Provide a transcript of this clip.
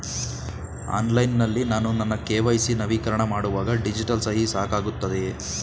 Online ನಲ್ಲಿ ನಾನು ನನ್ನ ಕೆ.ವೈ.ಸಿ ನವೀಕರಣ ಮಾಡುವಾಗ ಡಿಜಿಟಲ್ ಸಹಿ ಸಾಕಾಗುತ್ತದೆಯೇ?